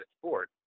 sport